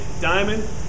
Diamond